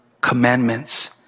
commandments